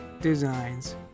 designs